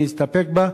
אני אסתפק בה,